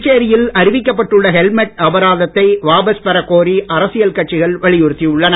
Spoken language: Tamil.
புதுச்சேரியில் அறிவிக்கப்பட்டுள்ள ஹெல்மெட் அபராதத்தை வாபஸ் பெறக் கோரி அரசியல் கட்சிகள் வலியுறுத்தி உள்ளன